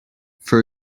for